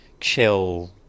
chill